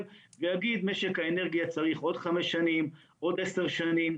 ויגיד שמשק האנרגיה צריך עוד 5-10 שנים.